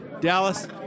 Dallas